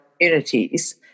communities